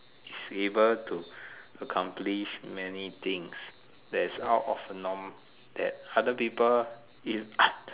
he's able to accomplish many things that is out of the norm that other people is